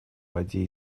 воде